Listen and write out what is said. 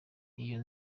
iyo